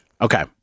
Okay